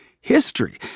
history